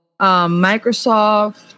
Microsoft